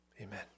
Amen